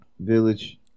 Village